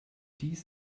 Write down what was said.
dies